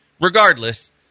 Regardless